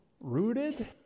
rooted